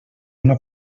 una